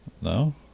No